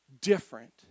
Different